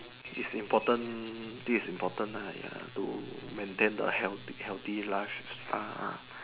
is important this is important nah ya to maintain the healthy healthy lifestyle